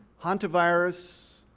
hantavirus,